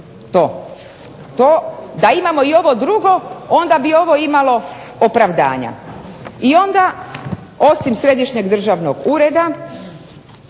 Da imamo i ovo drugo onda bi ovo imalo opravdanja. I onda osim Središnjeg državnog ureda